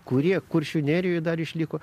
kurie kuršių nerijoj dar išliko